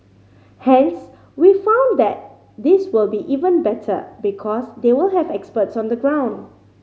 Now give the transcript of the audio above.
hence we found that this will be even better because they will have experts on the ground